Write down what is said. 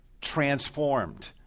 transformed